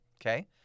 okay